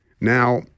now